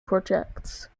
projects